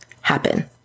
happen